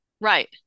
Right